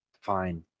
Fine